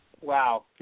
Wow